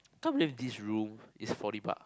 can't believe this room is forty buck